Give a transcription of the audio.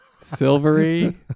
silvery